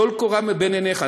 טול קורה מבין עיניך.